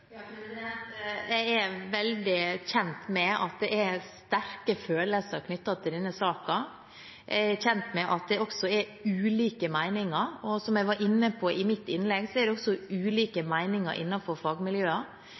Jeg er godt kjent med at det er sterke følelser knyttet til denne saken. Jeg er kjent med at det også er ulike meninger. Og som jeg var inne på i mitt innlegg, er det også ulike